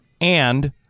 And-